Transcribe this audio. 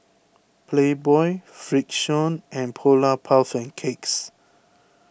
Playboy Frixion and Polar Puff and Cakes